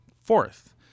fourth